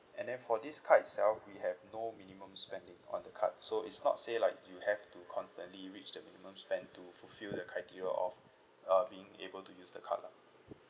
and then for this card itself we have no minimum spending on the card so it's not say like you have to constantly reach the minimum spend to fulfil the criteria of uh being able to use the card lah